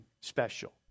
special